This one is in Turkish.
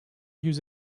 yüz